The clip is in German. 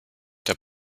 der